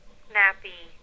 snappy